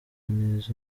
neza